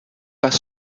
pas